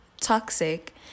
toxic